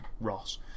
Ross